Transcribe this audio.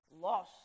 loss